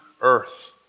earth